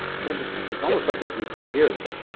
so interesting. so it's almost like what we've heard here. is that,